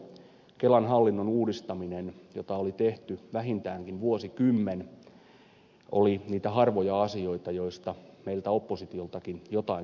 kelan hallinnon uudistaminen jota oli tehty vähintäänkin vuosikymmen oli niitä harvoja asioita joista meiltä oppositiostakin jotain kysyttiin